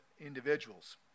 individuals